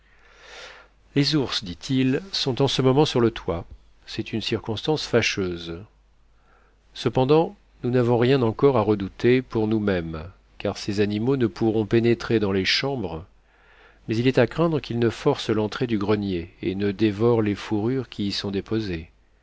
les ours dit-il sont en ce moment sur le toit c'est une circonstance fâcheuse cependant nous n'avons rien encore à redouter pour nous-mêmes car ces animaux ne pourront pénétrer dans les chambres mais il est à craindre qu'ils ne forcent l'entrée du grenier et ne dévorent les fourrures qui y sont déposées